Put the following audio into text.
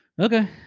Okay